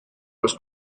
los